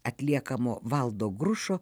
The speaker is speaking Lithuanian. atliekamo valdo grušo